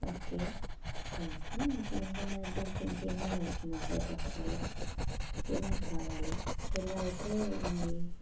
okay thank you అదీ దీనికి ఇంకా ఏమేమి అవసరం ఉంటాయి పత్రాలు ఏమేమి కావాలి ఎలా అయితే ఇది